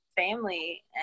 family